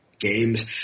games